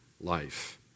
life